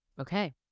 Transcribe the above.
Okay